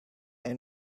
and